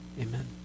Amen